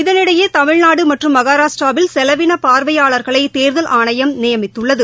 இதனிடையேதமிழநாடுமற்றும் மகாராஷ்ட்ராவில் செலவினபார்வையாளர்களைதேர்தல் ஆணையம் நியமித்துள்ளது